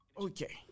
Okay